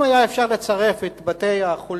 אם היה אפשר לצרף את בתי-החולים